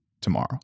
tomorrow